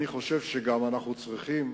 אני חושב שגם אנחנו צריכים,